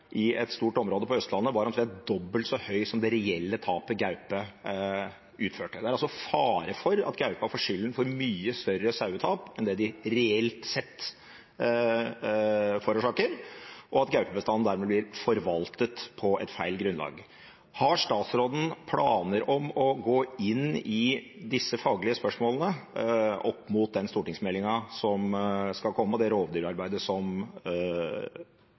i et stort område på Østlandet var omtrent dobbelt så høy som det reelle tapet forårsaket av gaupe. Det er altså fare for at gaupa får skylden for mye større sauetap enn det den reelt sett forårsaker, og at gaupebestanden dermed blir forvaltet på feil grunnlag. Har statsråden planer om å gå inn i disse faglige spørsmålene opp mot den stortingsmeldingen som skal komme, og det rovdyrarbeidet som